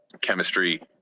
chemistry